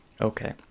Okay